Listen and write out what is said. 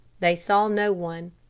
they saw no one.